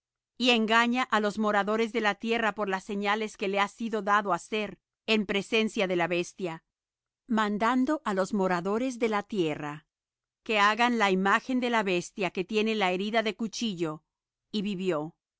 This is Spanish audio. y engaña á los moradores de la tierra por las señales que le ha sido dado hacer en presencia de la bestia mandando á los moradores de la tierra que hagan la imagen de la bestia que tiene la herida de cuchillo y vivió